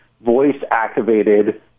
voice-activated